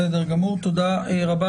תודה רבה.